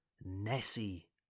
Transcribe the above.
Nessie